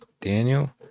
Daniel